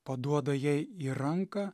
paduoda jai į ranką